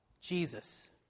Jesus